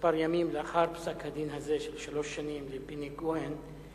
כמה ימים לאחר פסק-הדין הזה של שלוש שנים לפיני כהן,